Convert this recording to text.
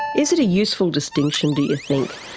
is it a useful distinction, do you think,